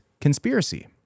conspiracy